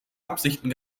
absichten